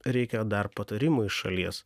reikia dar patarimų iš šalies